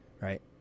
right